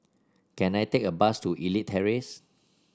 can I take a bus to Elite Terrace